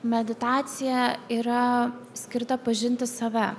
meditacija yra skirta pažinti save